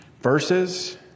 verses